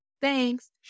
thanks